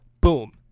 Boom